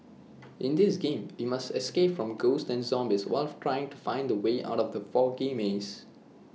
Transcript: in this game you must escape from ghosts and zombies while try to find the way out from the foggy maze